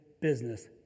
business